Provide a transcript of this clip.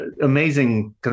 amazing